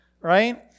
right